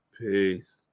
Peace